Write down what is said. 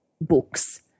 books